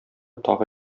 тагы